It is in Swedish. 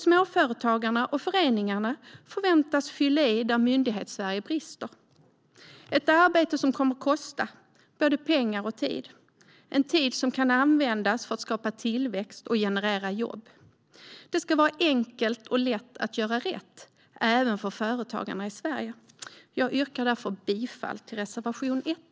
Småföretagarna och föreningarna förväntas fylla i där Myndighetssverige brister. Det är ett arbete som kommer att kosta, både pengar och tid. Det är tid som kan användas till att skapa tillväxt och generera jobb. Det ska vara enkelt och lätt att göra rätt, även för företagarna i Sverige. Jag yrkar därför bifall till reservation 1.